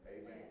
Amen